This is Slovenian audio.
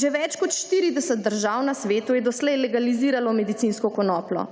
Že več kot 40 držav na svetu je doslej legaliziralo medicinsko konopljo.